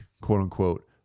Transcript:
quote-unquote